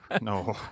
No